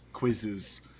quizzes